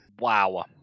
Wow